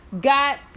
got